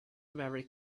very